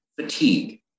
fatigue